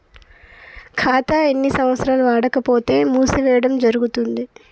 ఖాతా ఎన్ని సంవత్సరాలు వాడకపోతే మూసివేయడం జరుగుతుంది?